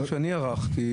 מבירור שאני ערכתי,